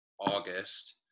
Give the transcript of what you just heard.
August